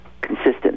consistent